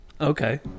okay